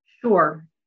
Sure